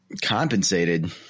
Compensated